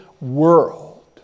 world